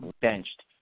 benched